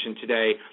today